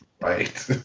Right